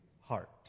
heart